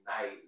night